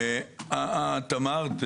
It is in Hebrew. אמרת,